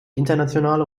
internationale